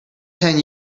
ten